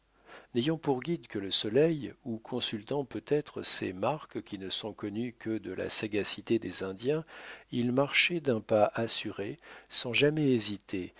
n'ayant pour guide que le soleil ou consultant peut-être ces marques qui ne sont connues que de la sagacité des indiens il marchait d'un pas assuré sans jamais hésiter